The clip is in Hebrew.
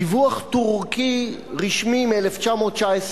דיווח טורקי רשמי מ-1919,